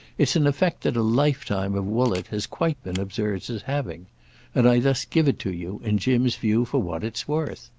it's an effect that a lifetime of woollett has quite been observed as having and i thus give it to you, in jim's view, for what it's worth.